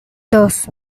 dos